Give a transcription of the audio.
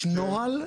יש נוהל,